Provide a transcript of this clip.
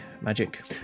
magic